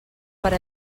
per